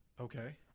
Okay